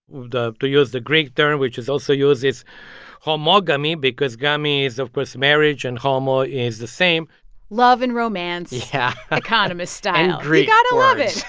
to use the great term which is also yours is homogamy because gamy is, of course, marriage and homo is the same love and romance. yeah. economist-style. you got to love it.